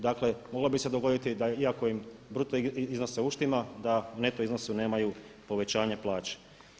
Dakle, moglo bi se dogoditi da iako im se bruto iznos uštima da u neto iznosu nemaju povećanja plaća.